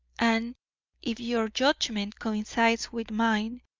and if your judgment coincides with mine,